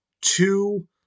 two